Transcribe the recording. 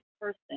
person